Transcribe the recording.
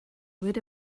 would